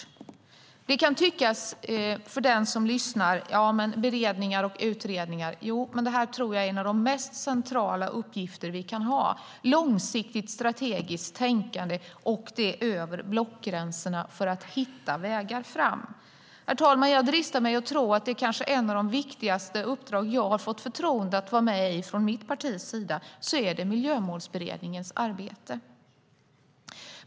Den som lyssnar kan tycka att det bara pratas om beredningar och utredningar, men jag tror att detta är en av de mest centrala uppgifter vi kan ha. Det handlar om långsiktigt, strategiskt tänkande över blockgränserna för att hitta vägar fram. Herr talman! Jag dristar mig att tro att ett av de viktigaste uppdrag jag har fått från mitt parti är förtroendet att vara med i Miljömålsberedningens arbete.